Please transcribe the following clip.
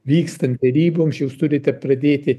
vykstant deryboms jūs turite pradėti